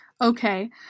Okay